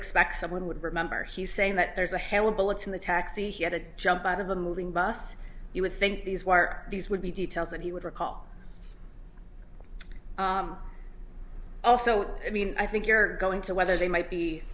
expect someone would remember he's saying that there's a hail of bullets in the taxi he had to jump out of a moving bus you would think these were are these would be details that he would recall also i mean i think you're going to whether they might be